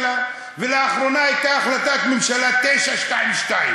ולאחרונה הייתה החלטת ממשלה 922,